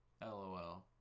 LOL